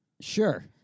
Sure